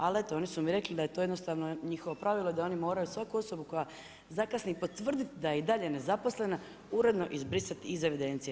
Ali eto, oni su mi rekli da je to jednostavno njihovo pravili i da oni moraju svaku osobu koja zakasni, potvrditi da je i dalje nezaposlena, uredno izbrisati iz evidencije.